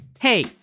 hey